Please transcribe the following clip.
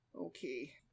Okay